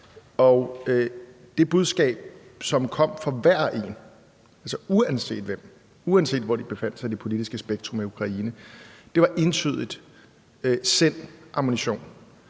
og budskabet, som kom fra hver og en, uanset hvem de var, og uanset hvor de befandt sig i det politiske spektrum i Ukraine, var entydigt: Send ammunition.